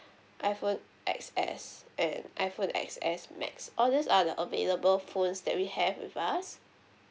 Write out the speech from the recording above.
iPhone X_S and iPhone X_S max all these are the available phones that we have with us